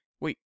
wait